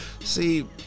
See